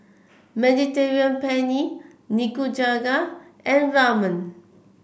Mediterranean Penne Nikujaga and Ramen